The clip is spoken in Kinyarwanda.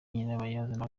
nyirabayazana